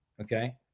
okay